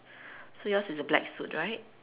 so yours is a black suit right